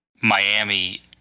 Miami